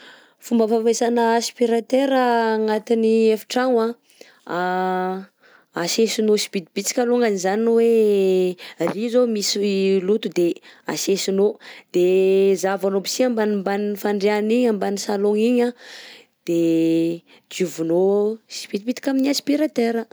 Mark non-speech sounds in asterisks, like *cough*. Fomba fampesana aspiratera agnatiny efi-tragno: *hesitation* asesinao tsy bitibitika alongany zany hoe *hesitation* rÿ zao misy loto de asesinao, de zahavanao aby sy ambanimbany fandriana igny, ambany salon igny a de *hesitation* diovinao tsy bitibitika amin'ny aspiratera.